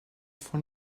von